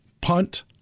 punt